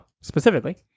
specifically